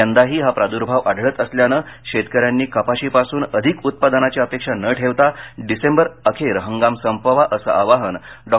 यंदाही हा प्रादूर्भाव आढळत असल्यानं शेतकऱ्यांनी कपाशीपासून अधिक उत्पादनाची अपेक्षा न ठेवता डिसेंबर अखेर हंगाम संपवावा असं आवाहन डॉ